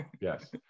Yes